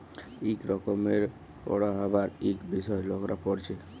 ইক রকমের পড়্হাবার ইক বিষয় লকরা পড়হে